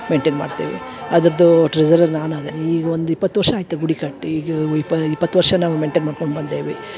maintain ಮಾಡ್ತೇವೆ ಅದರದ್ದು ಟ್ರಿಸರೆ ನಾನು ಅದೇನಿ ಈಗ ಒಂದು ಇಪ್ಪತ್ತು ವರ್ಷ ಆಯ್ತು ಗುಡಿ ಕಟ್ಟಿ ಈಗ ಇಪ್ಪ ಇಪ್ಪತ್ತು ವರ್ಷ ನಾವು ಮೆಂಟೆನ್ ಮಾಡ್ಕೊಂಡು ಬಂದೇವಿ